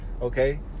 Okay